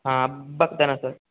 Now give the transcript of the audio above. हां बघताना सर